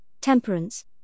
temperance